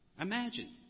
Imagine